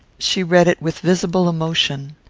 she read it with visible emotion.